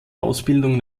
ausbildung